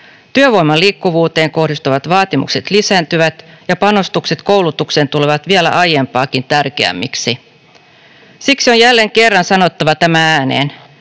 Työvoiman liikkuvuuteen kohdistuvat vaatimukset lisääntyvät, ja panostukset koulutukseen tulevat vielä aiempaakin tärkeämmiksi. Siksi on jälleen kerran sanottava tämä ääneen: